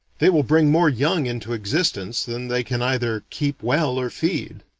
they will bring more young into existence than they can either keep well or feed.